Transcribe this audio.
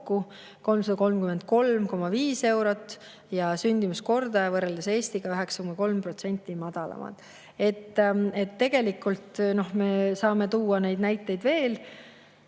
333,5 eurot ja sündimuskordaja võrreldes Eestiga 9,3% madalam. Tegelikult me saame tuua neid näiteid veel.